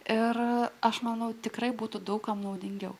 ir aš manau tikrai būtų daug kam naudingiau